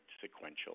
sequential